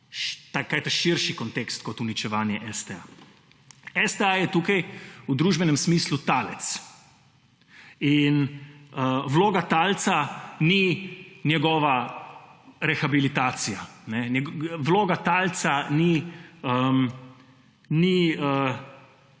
širši kontekst kot uničevanje STA. STA je tukaj v družbenem smislu talec in vloga talca ni njegova rehabilitacija, vloga talca nima